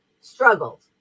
struggled